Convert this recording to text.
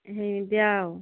ଏମତି ଆଉ